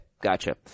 Gotcha